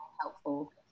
helpful